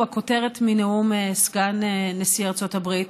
הוא הכותרת מנאום סגן נשיא ארצות הברית